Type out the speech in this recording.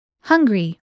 Hungry